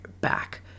back